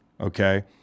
okay